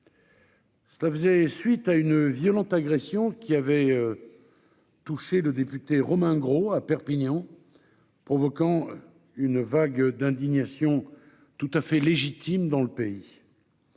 Cela faisait suite à une violente agression qui avait touché le député Romain Grau à Perpignan, provoquant une vague d'indignation tout à fait légitime dans le pays.